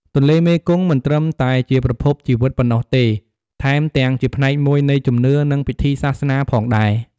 ទន្លេមេគង្គមិនត្រឹមតែជាប្រភពជីវិតប៉ុណ្ណោះទេ ថែមទាំងជាផ្នែកមួយនៃជំនឿ និងពិធីសាសនាផងដែរ។